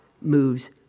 moves